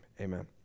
Amen